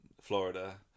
Florida